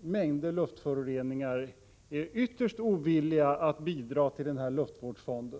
mängder luftföroreningar är ytterst ovilliga att bidra till en luftvårdsfond.